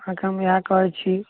अहाँके हम इहए कहैत छी